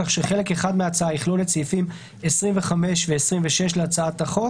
כך שחלק אחד מההצעה יכלול את סעיפים 25 ו-26 להצעת החוק